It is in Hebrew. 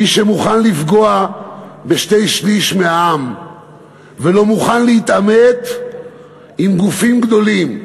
מי שמוכן לפגוע בשני-שלישים מהעם ולא מוכן להתעמת עם גופים גדולים,